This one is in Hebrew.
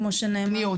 כמו שנאמר,